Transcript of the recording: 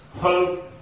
hope